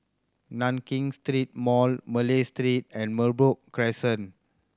Nankin Street Mall Malay Street and Merbok Crescent